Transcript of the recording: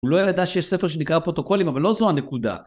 הוא לא ידע שיש ספר שנקרא פרוטוקולים, אבל לא זו הנקודה.